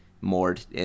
moored